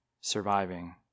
surviving